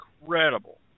incredible